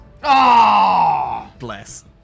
Bless